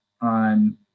on